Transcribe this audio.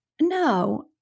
no